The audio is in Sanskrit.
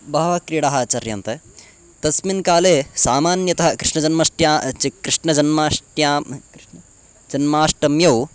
बह्व्यः क्रीडाः आचर्यन्ते तस्मिन् काले सामान्यतः कृष्णजन्माष्टम्यां कृष्णजन्माष्टम्यां कृष्णजन्माष्टम्यौ